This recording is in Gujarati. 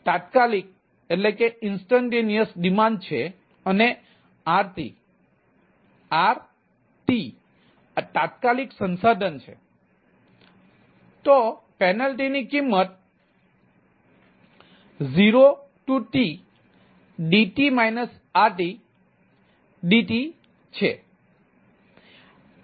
તેથી જો DTતાત્કાલિકની કિંમત એ 0tDT RTdt છે